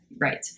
right